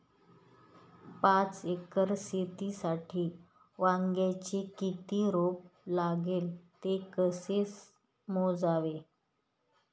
पाच एकर शेतीसाठी वांग्याचे किती रोप लागेल? ते कसे मोजावे?